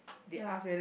ya